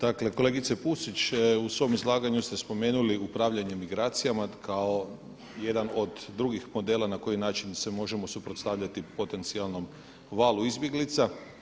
Dakle kolegice Pusić u svom izlaganju ste spomenuli upravljanje migracijama kao jedan od drugih modela na koji način se možemo suprotstavljati potencijalnom valu izbjeglica.